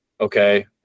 okay